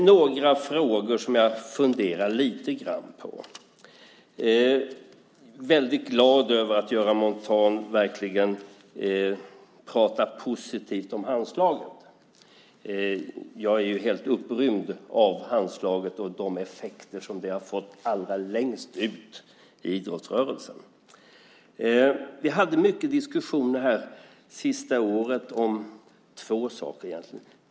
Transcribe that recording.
Det finns några frågor som jag funderar lite grann på. Jag är väldigt glad över att Göran Montan verkligen pratar positivt om Handslaget. Jag är ju helt upprymd av Handslaget och de effekter som det har fått allra längst ut i idrottsrörelsen. Vi hade mycket diskussioner det sista året, om två saker egentligen.